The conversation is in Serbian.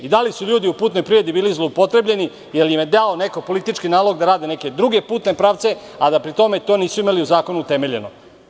Da li su ljudi u putnoj privredi bili zloupotrebljeni jer im je neko dao politički nalog da rade neke druge putne pravce, a da pri tome nisu imali u zakonu utemeljeno.